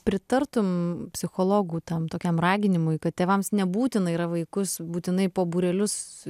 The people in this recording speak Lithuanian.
pritartum psichologų tam tokiam raginimui kad tėvams nebūtina yra vaikus būtinai po būrelius